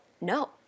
No